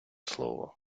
слово